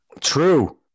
True